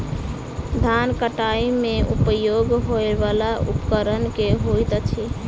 धान कटाई मे उपयोग होयवला उपकरण केँ होइत अछि?